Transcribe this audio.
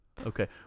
Okay